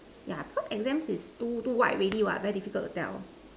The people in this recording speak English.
yeah because exams is too too wide already what very difficult to tell